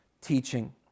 teaching